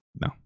No